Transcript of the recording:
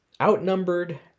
outnumbered